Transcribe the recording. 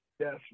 Yes